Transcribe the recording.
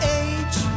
age